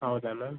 ಹೌದಾ ಮ್ಯಾಮ್